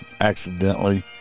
accidentally